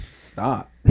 stop